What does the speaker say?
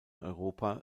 europa